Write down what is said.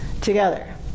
together